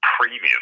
premium